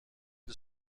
des